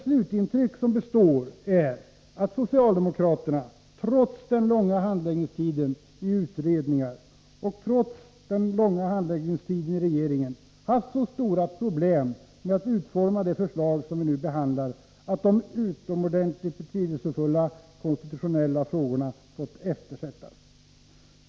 Slutintrycket är att socialdemokraterna, trots den långa handläggningstiden i utredningar och trots den långa handläggningstiden i regeringen, haft så stora problem med att utforma det förslag som vi nu behandlar att de utomordentligt betydelsefulla konstitutionella frågorna fått eftersättas.